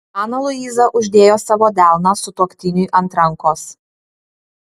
ana luiza uždėjo savo delną sutuoktiniui ant rankos